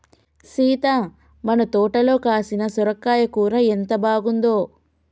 సీత మన తోటలో కాసిన సొరకాయ కూర ఎంత బాగుందో